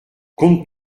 compte